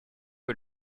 est